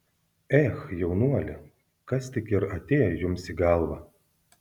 ech jaunuoli kas tik ir atėjo jums į galvą